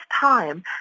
time